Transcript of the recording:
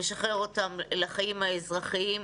ומשחרר אותם לחיים האזרחיים.